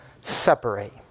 separate